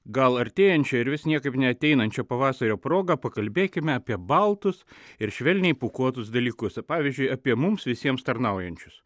gal artėjančio ir vis niekaip neateinančio pavasario proga pakalbėkime apie baltus ir švelniai pūkuotus dalykus pavyzdžiui apie mums visiems tarnaujančius